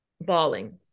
bawling